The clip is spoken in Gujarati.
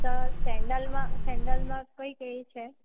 તો સેન્ડલમાં સેન્ડલમાં કઈ કઈ છે